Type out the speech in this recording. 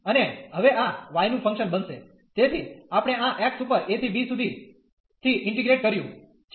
અને હવે આ y નું ફંક્શન બનશે તેથી આપણે આ x ઉપર a ¿ b સુધી થી ઇન્ટીગ્રેટ કર્યું છે